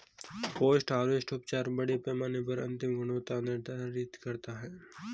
post harvest उपचार बड़े पैमाने पर अंतिम गुणवत्ता निर्धारित करता है